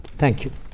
thank you